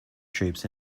troops